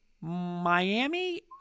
Miami